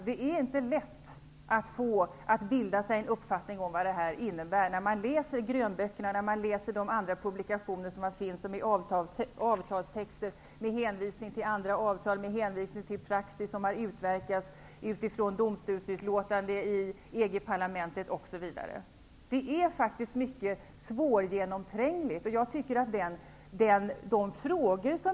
Det är inte lätt att bilda sig en uppfattning om vad det här innebär när man läser grönböckerna och när man läser de andra publikationer som finns, som är avtalstexter med hänvisningar till andra avtal, med hänvisningar till praxis som har utverkats utifrån domstolsutlåtanden i EG-parlamentet, osv. Det är faktiskt mycket svårgenomträngligt.